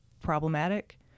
problematic